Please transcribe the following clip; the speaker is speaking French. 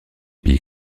pays